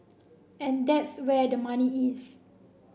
and that's where the money is